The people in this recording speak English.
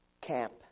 camp